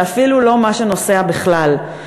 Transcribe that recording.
זה אפילו לא מה שנוסע בכלל,